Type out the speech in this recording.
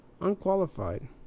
unqualified